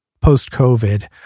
post-COVID